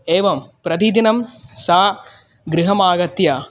एवं प्रतिदिनं सा गृहमागत्य